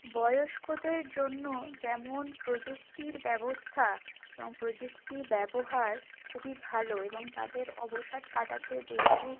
বয়স্কদের জন্য যেমন প্রযুক্তির ব্যবস্থা এবং প্রযুক্তি ব্যবহার খুবই ভালো এবং তাদের অবসাদ কাটাতে যেহেতু